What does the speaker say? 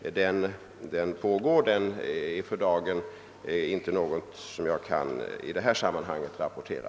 Utredningen pågår men för dagen finns det inget som jag i detta sammanhang kan rapportera.